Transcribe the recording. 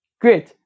Great